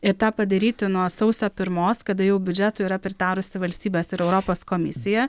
ir tą padaryti nuo sausio pirmos kada jau biudžetui yra pritarusi valstybės ir europos komisija